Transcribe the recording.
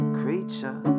creature